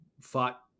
fought